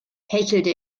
hechelte